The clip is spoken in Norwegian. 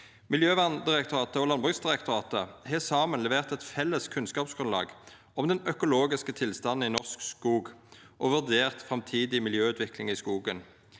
Miljødirektoratet og Landbruksdirektoratet har saman levert eit felles kunnskapsgrunnlag om den økologiske tilstanden i norsk skog og vurdert framtidig miljøutvikling i skogen.